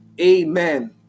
Amen